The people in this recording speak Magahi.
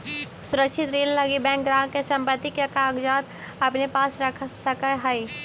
सुरक्षित ऋण लगी बैंक ग्राहक के संपत्ति के कागजात अपने पास रख सकऽ हइ